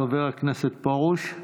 חבר הכנסת פרוש.